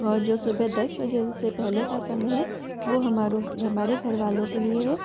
और जो सुबह दस बजे से पहले का समय है वे हमारो हमारे घर वालों के लिए है